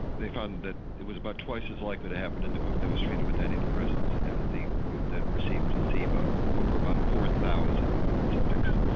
they found that it was about twice as likely to happen in the group that was treated with antidepressants as the group that received placebo over about four thousand subjects.